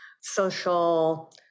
social